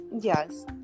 Yes